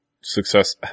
Success